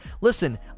Listen